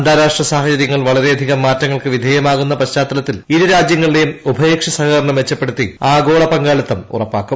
അന്താരാഷ്ട്ര സാഹചര്യങ്ങൾ വളരെയധികം മാറ്റങ്ങൾക്ക് വിധേയമാകുന്ന പശ്ചാത്തലത്തിൽ ്ഇരുരാജ്യങ്ങളുടെയും ഉഭയകക്ഷി സഹകരണം മെച്ചപ്പെടുത്തി ആഗ്ഗോളപങ്കാളിത്തം ഉറപ്പാക്കും